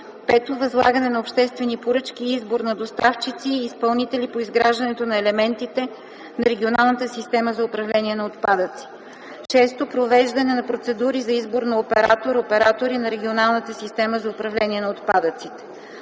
5. възлагане на обществени поръчки и избор на доставчици и изпълнители по изграждането на елементите на регионалната система за управление на отпадъци; 6. провеждане на процедури за избор на оператор/и на регионалната система за управление на отпадъците;